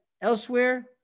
elsewhere